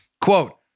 Quote